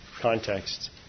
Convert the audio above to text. context